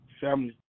family